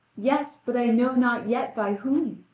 yes, but i know not yet by whom.